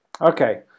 Okay